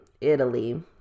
Italy